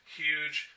huge